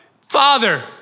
Father